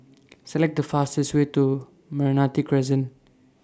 Select The fastest Way to Meranti Crescent